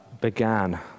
began